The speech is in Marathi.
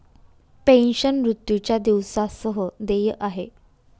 पेन्शन, मृत्यूच्या दिवसा सह देय आहे